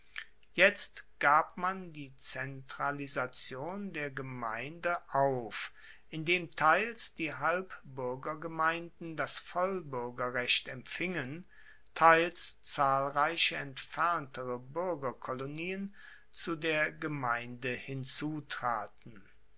jetzt gab man die zentralisation der gemeinde auf indem teils die halbbuergergemeinden das vollbuergerrecht empfingen teils zahlreiche entferntere buergerkolonien zu der gemeinde hinzutraten